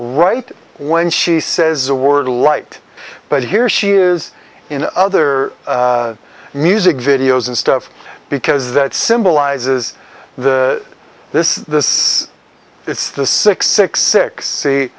right when she says the word light but here she is in other music videos and stuff because that symbolizes the this is it's the six six six